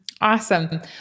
Awesome